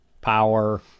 power